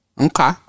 Okay